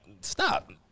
Stop